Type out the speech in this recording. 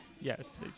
Yes